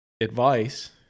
advice